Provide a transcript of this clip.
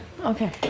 okay